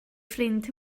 ffrind